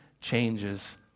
changes